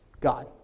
God